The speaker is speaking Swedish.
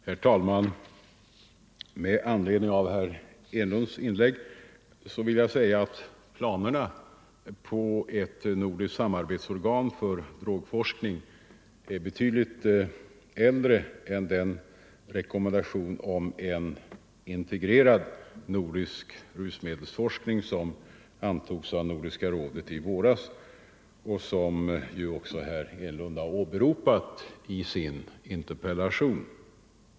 Herr talman! Med anledning av herr Enlunds inlägg vill jag säga att planerna på ett nordiskt samarbetsorgan för drogforskning är betydligt äldte än den rekommendation om en integrerad nordisk rusmedelsforsk ning som antogs i Nordiska rådet i våras och som ju också herr Enlund har åberopat i sin interpellation.